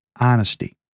Honesty